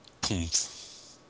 Poof